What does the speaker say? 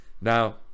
Now